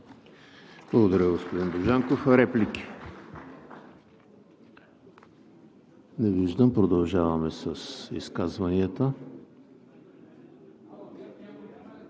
Благодаря, господин Божанков. Реплики? Не виждам. Продължаваме с изказванията.